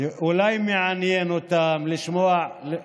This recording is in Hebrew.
אולי מעניין אותם לשמוע, למה?